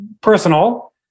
personal